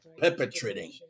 perpetrating